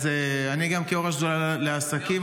כראש השדולה לעסקים,